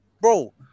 bro